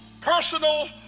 personal